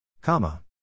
Comma